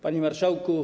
Panie Marszałku!